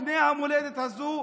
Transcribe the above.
בני המולדת הזו,